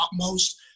utmost